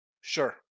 Sure